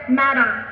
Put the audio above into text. matter